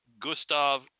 Gustav